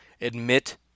admit